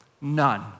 None